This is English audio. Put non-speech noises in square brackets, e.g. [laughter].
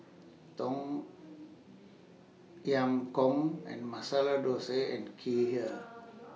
Tom Yam Goong and Masala Dosa and Kheer [noise]